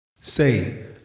Say